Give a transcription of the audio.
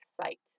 Site